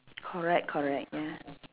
correct correct ya